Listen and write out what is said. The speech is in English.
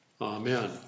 Amen